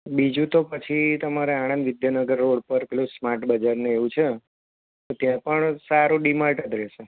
બીજું તો પછી તમારે આણંદ વિદ્યાનગર રોડ પર પેલું સ્માટ બજાર ને એવું છે ત્યાં પણ સારું ડી માર્ટ જ રહેશે